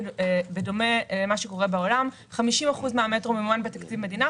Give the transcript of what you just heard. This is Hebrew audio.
בדומה למה שקורה בעולם: 50% מן המטרו ממומן בתקציב המדינה,